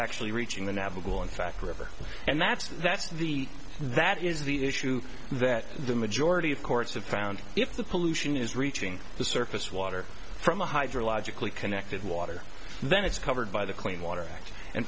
actually reaching the navigable in fact river and that's the that's the that is the issue that the majority of courts have found if the pollution is reaching the surface water from a hydrological connected water then it's covered by the clean water act and